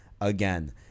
again